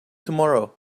tomorrow